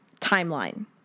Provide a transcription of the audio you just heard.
timeline